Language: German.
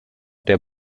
der